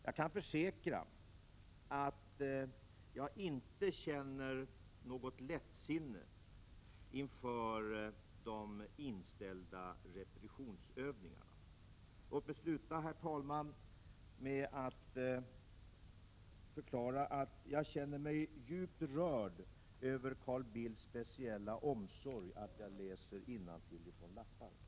Jag kan försäkra att jag inte känner något lättsinne inför de inställda repetitionsövningarna. Herr talman! Låt mig sluta med att förklara att jag känner mig djupt rörd över Carl Bildts speciella omsorg om att jag läser innantill ifrån lappar.